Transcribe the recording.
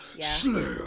Slayer